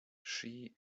she